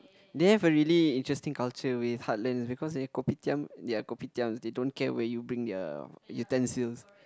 they have a really interesting culture with heartlands because their Kopitiam their Kopitiams they don't care where you bring their utensils